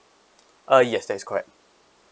uh yes that is correct